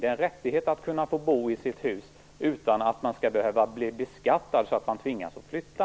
Det är en rättighet att få bo i sitt hus utan att behöva bli beskattad så att man tvingas att flytta.